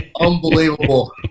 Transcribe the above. unbelievable